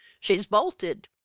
she's bolted!